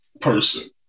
person